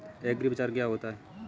एग्रीबाजार क्या होता है?